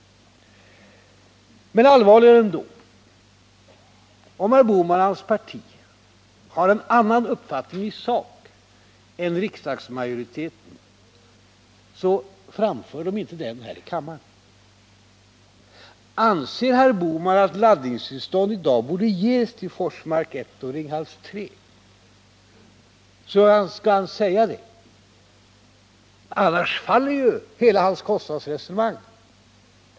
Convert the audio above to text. Allvarligare ändå: Om herr Bohman och hans parti har en annan uppfattning i sak än riksdagsmajoriteten framför de den inte här i kammaren. Anser herr Bohman att laddningstillstånd i dag borde ges till Forsmark 1 och Ringhals 3, så skall han säga det. Annars faller ju hela hans kostnadsresonemang.